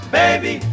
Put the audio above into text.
baby